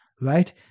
right